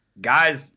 Guys